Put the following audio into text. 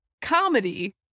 comedy